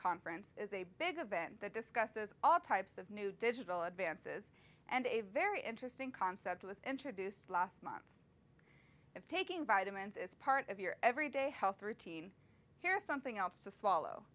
conference is a big event that discusses all types of new digital advances and a very interesting concept was introduced last month of taking vitamins as part of your every day health routine here's something else to swallow